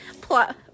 plot